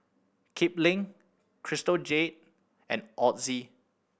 Kipling Crystal Jade and Ozi